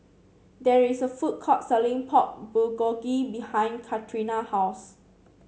there is a food court selling Pork Bulgogi behind Katrina house